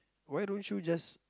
why don't you just